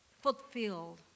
fulfilled